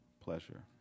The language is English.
pleasure